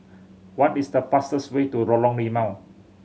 what is the fastest way to Lorong Limau